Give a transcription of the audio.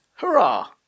Hurrah